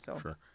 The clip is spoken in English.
Sure